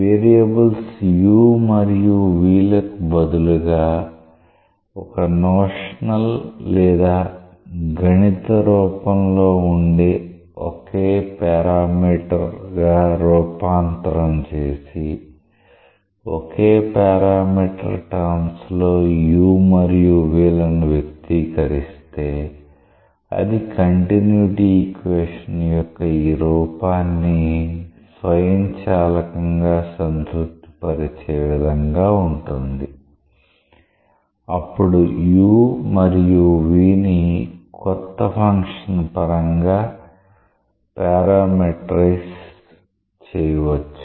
variables u మరియు v లకు బదులుగా ఒక నోషనల్ లేదా గణిత రూపం లో ఉండే ఒకే పారామీటర్ గా రూపాంతరం చేసి ఒకే పారామీటర్ టర్మ్స్ లో u మరియు v లను వ్యక్తీకరిస్తే అది కంటిన్యుటీ ఈక్వేషన్ యొక్క ఈ రూపాన్ని స్వయంచాలకంగా సంతృప్తిపరిచే విధంగా ఉంటుంది అప్పుడు u మరియు v ని కొత్త ఫంక్షన్ పరంగా పరమేట్రిజ్డ్ చెయ్యవచ్చు